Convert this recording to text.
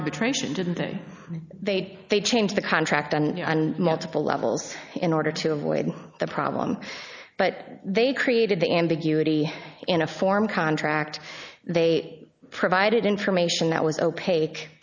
arbitration didn't think they'd they'd change the contract on multiple levels in order to avoid the problem but they created the ambiguity in a form contract they provided information that was opaque